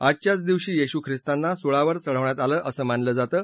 आजच्याच दिवशी येशू खिस्तांना सुळावर चढवण्यात आलं असं मानलं जातं